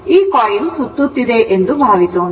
ಈ ಕಾಯಿಲ್ ಸುತ್ತುತ್ತಿದೆ ಎಂದು ಭಾವಿಸೋಣ